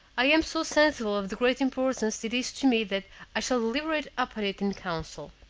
i am so sensible of the great importance it is to me that i shall deliberate upon it in council.